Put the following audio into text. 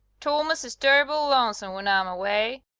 thomas is terrible lonesome when i'm away.